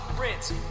rinse